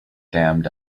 damned